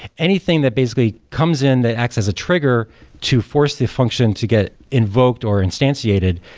anything that basically comes in that acts as a trigger to force the function to get invoked or instantiated,